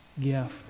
gift